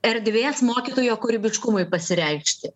erdvės mokytojo kūrybiškumui pasireikšti